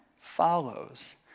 follows